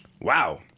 Wow